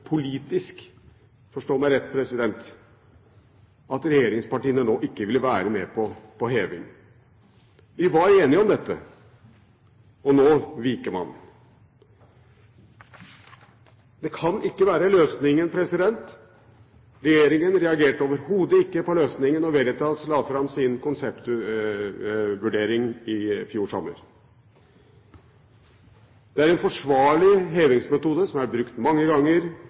politisk, forstå meg rett – at regjeringspartiene nå ikke vil være med på heving. Vi var enige om dette, og nå viker man. Det kan ikke være løsningen. Regjeringen reagerte overhodet ikke på løsningen da Veritas la fram sin konseptvurdering i fjor sommer. Det er en forsvarlig hevingsmetode, som er brukt mange ganger